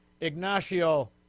Ignacio